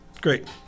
Great